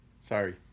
Sorry